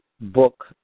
book